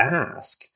ask